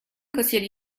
consiglio